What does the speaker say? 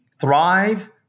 thrive